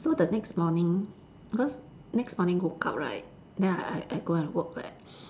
so the next morning because next morning woke up right then I I I go and work right